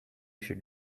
should